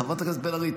חברת הכנסת בן ארי,